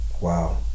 wow